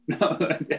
No